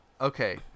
Okay